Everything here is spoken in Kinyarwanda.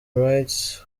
wright